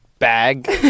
bag